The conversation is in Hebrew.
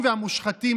מושחת.